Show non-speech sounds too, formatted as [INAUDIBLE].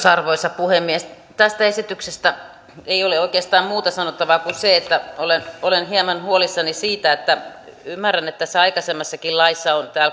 [UNINTELLIGIBLE] arvoisa puhemies tästä esityksestä ei ole oikeastaan muuta sanottavaa kuin se että olen olen hieman huolissani ymmärrän että tässä aikaisemmassakin laissa on